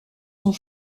sont